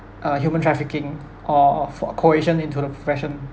uh human trafficking or for uh coercion into the profession